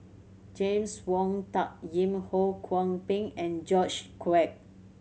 James Wong Tuck Yim Ho Kwon Ping and George Quek